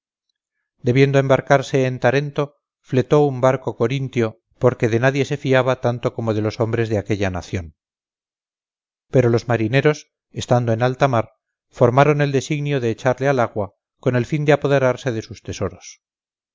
debiendo embarcarse en tarento fletó un barco corintio porque de nadie se fiaba tanto como de los hombres de aquella nación pero los marineros estando en alta mar formaron el designio de echarle al agua con el fin de apoderarse de sus tesoros